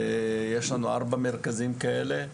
יש לנו ארבעה מרכזים כאלה,